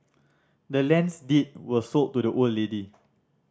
the land's deed was sold to the old lady